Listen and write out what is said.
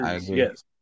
yes